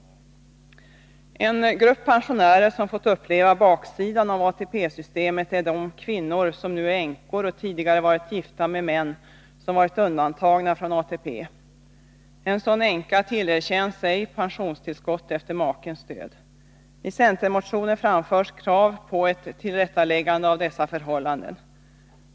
En grupp pensionärer som fått uppleva baksidan av ATP-systemet är de kvinnor som nu är änkor och tidigare varit gifta med män som varit undantagna från ATP. En sådan änka tillerkänns ej pensionstillskott efter makens död. I centermotioner framförs krav på ett tillrättaläggande av dessa förhållanden.